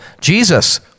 Jesus